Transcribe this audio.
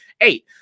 eight